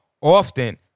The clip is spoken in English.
often